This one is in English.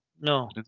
No